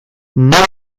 nago